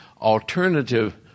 alternative